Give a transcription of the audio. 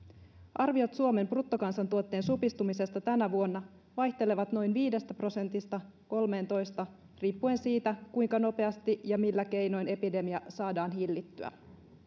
arviot suomen bruttokansantuotteen supistumisesta tänä vuonna vaihtelevat noin viidestä prosentista kolmeentoista riippuen siitä kuinka nopeasti ja millä keinoin epidemia saadaan hillittyä